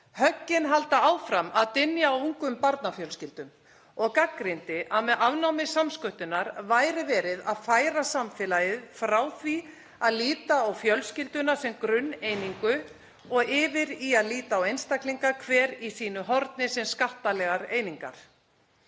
„Höggin halda áfram að dynja á ungum barnafjölskyldum.“ Hann gagnrýndi að með afnámi samsköttunar væri verið að færa samfélagið frá því að líta á fjölskylduna sem grunneiningu og yfir í að líta á einstaklinga, hvern í sínu horni, sem skattalegar einingar.